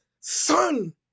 son